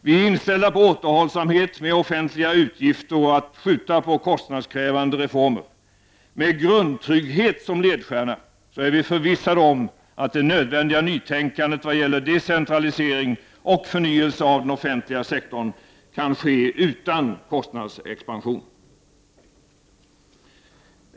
Vi är inställda på återhållsamhet med offentliga utgifter och på att skjuta på kostnadskrävande reformer. Med grundtrygghet som ledstjärna är vi förvissade om att det nödvändiga nytänkandet i vad gäller decentralisering och förnyelse av den offentliga sektorn kan ske utan kostnadsexpansion.